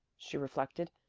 she reflected,